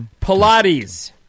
Pilates